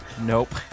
Nope